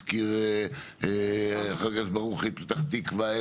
הזכיר חבר הכנסת ברוכי את פתח תקווה,